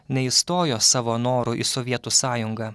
neįstojo savo noru į sovietų sąjungą